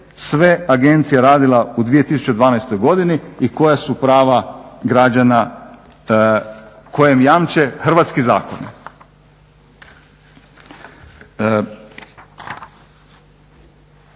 sve agencija radila u 2012.godini i koja su prava građana kojim jamče hrvatski zakoni.